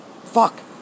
fuck